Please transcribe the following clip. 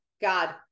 God